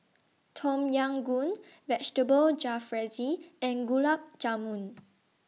Tom Yam Goong Vegetable Jalfrezi and Gulab Jamun